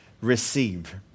receive